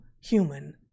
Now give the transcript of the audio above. human